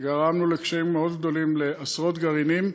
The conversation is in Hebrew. גרמנו לקשיים מאוד גדולים לעשרות גרעינים.